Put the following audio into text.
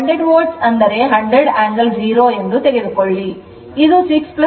100 volt ಎಂದರೆ 100 angle 0 ಎಂದು ತೆಗೆದುಕೊಳ್ಳಿ ಇದು 6 j8 ಮತ್ತು ಇದು 4 j3 ಆಗಿದೆ